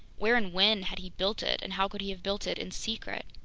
where and when had he built it, and how could he have built it in secret?